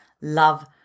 Love